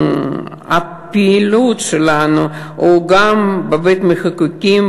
והפעילות שלנו היא גם בבית-המחוקקים,